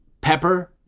pepper